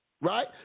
Right